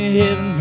heaven